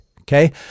Okay